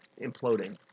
imploding